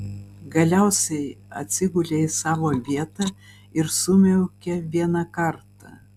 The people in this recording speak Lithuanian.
galiausiai atsigulė į savo vietą ir sumiaukė vieną kartą